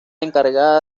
encargada